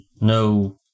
no